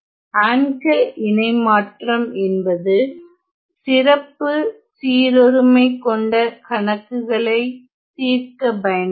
ஆன்கெல் இணைமாற்றம் என்பது சிறப்பு சீரொருமை கொண்ட கணக்குகளை தீர்க்க பயன்படும்